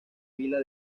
villa